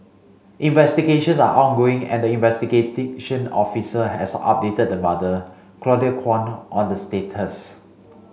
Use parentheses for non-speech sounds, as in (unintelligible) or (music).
investigations are ongoing and the (unintelligible) officer has updated the mother Claudia Kwan on the status